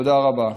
תודה רבה.